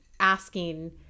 asking